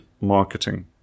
marketing